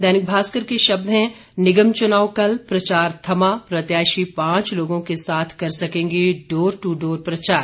दैनिक भास्कर के शब्द हैं निगम चुनाव कल प्रचार थमा प्रत्याशी पांच लोगों के साथ कर सकेंगे डोर टू डोर प्रचार